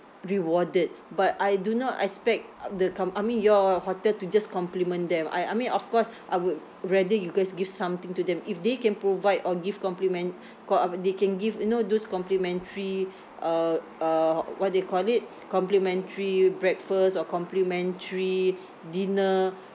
rewarded but I do not expect um the com~ I mean your hotel to just compliment them I I mean of course I would rather you guys give something to them if they can provide or give compliment co~ uh they can give you know those complimentary uh uh what do you call it complimentary breakfast or complimentary dinner